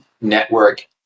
network